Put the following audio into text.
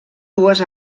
dues